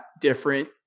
different